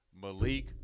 Malik